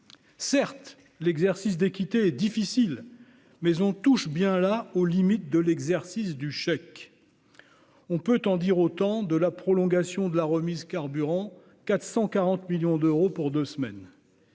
Certes, la recherche d'équité est difficile, mais on touche là aux limites de l'exercice du chèque. On peut en dire autant de la prolongation de la remise sur le carburant pour deux semaines